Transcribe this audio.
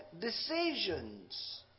decisions